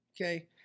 Okay